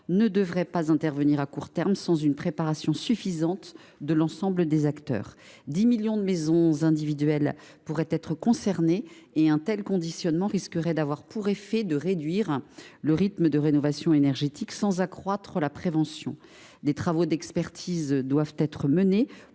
ne devrait pas intervenir à court terme sans une préparation suffisante de l’ensemble des acteurs. De fait, 10 millions de maisons individuelles pourraient être concernées par un tel conditionnement, qui risquerait d’avoir pour effet de réduire le rythme de rénovation énergétique sans accroître la prévention. Des travaux d’expertise doivent être menés